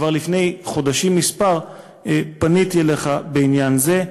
כבר לפני כמה חודשים פניתי אליך בעניין זה.